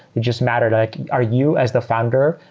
it just mattered like are you as the founder,